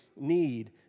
need